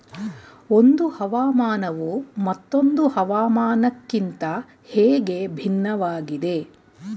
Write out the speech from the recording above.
ಒಂದು ಹವಾಮಾನವು ಮತ್ತೊಂದು ಹವಾಮಾನಕಿಂತ ಹೇಗೆ ಭಿನ್ನವಾಗಿದೆ?